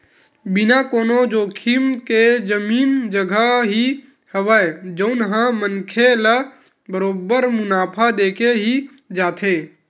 बिना कोनो जोखिम के जमीन जघा ही हवय जउन ह मनखे ल बरोबर मुनाफा देके ही जाथे